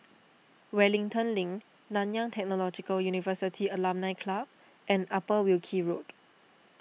Wellington Link Nanyang Technological University Alumni Club and Upper Wilkie Road